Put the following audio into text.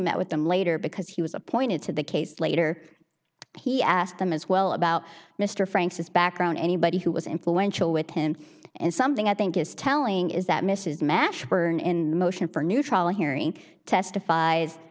met with them later because he was appointed to the case later he asked them as well about mr franks his background anybody who was influential with him and something i think is telling is that mrs mashburn in motion for new trial hearing testifies